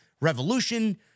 revolution